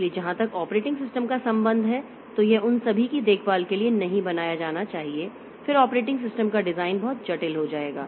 इसलिए जहां तक ऑपरेटिंग सिस्टम का संबंध है तो यह उन सभी की देखभाल के लिए नहीं बनाया जाना चाहिए फिर ऑपरेटिंग सिस्टम का डिज़ाइन बहुत जटिल हो जाएगा